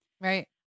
right